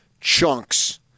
chunks